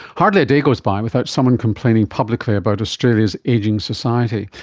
hardly a day goes by without someone complaining publicly about australia's ageing society,